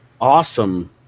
awesome